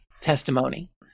testimony